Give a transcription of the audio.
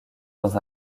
dans